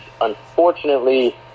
unfortunately